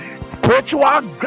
spiritual